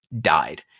died